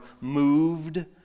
moved